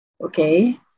Okay